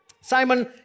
Simon